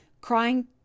crying